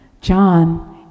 John